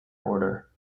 order